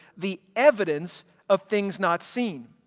the evidence of things not seen.